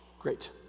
Great